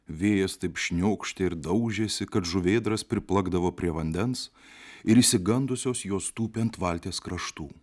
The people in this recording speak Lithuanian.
vėjas taip šniokštė ir daužėsi kad žuvėdras priplakdavo prie vandens ir išsigandusios jos tūpė ant valties kraštų